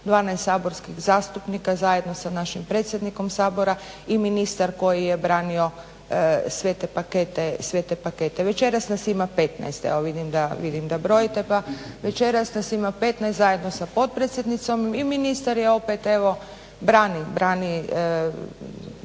12 saborskih zastupnika zajedno sa našim predsjednikom Sabora i ministar koji je branio sve te pakete. Večeras nas ima 15, vidim da brojite, pa večeras nas ima 15 zajedno sa potpredsjednicom i ministar je opet, evo, brani, brani